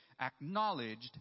acknowledged